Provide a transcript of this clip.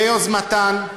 ביוזמתן,